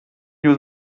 use